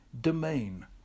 domain